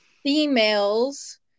females